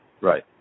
Right